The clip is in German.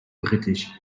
britisch